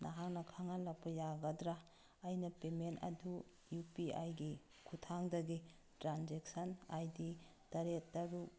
ꯅꯍꯥꯛꯅ ꯈꯪꯍꯜꯂꯛꯄ ꯌꯥꯒꯗ꯭ꯔꯥ ꯑꯩꯅ ꯄꯦꯃꯦꯟ ꯑꯗꯨ ꯌꯨ ꯄꯤ ꯑꯥꯏꯒꯤ ꯈꯨꯊꯥꯡꯗꯒꯤ ꯇ꯭ꯔꯥꯟꯖꯦꯛꯁꯟ ꯑꯥꯏ ꯗꯤ ꯇꯔꯦꯠ ꯇꯔꯨꯛ